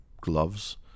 gloves